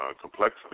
complexity